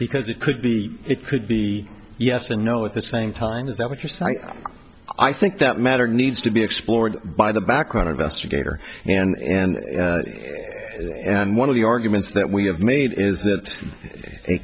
because it could be it could be yes and no at the same time is that what you're saying i think that matter needs to be explored by the background investigator and and one of the arguments that we have made is th